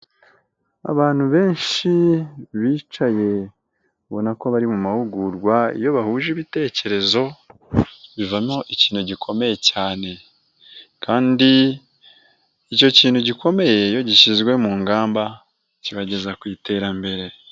Abantu benshi bicaye ubona ko bari mu mahugurwa iyo bahuje ibitekerezo bivamo ikintu gikomeye cyane, kandi icyo kintu gikomeye iyo gishyizwe mu ngamba kibageza ku iterambere.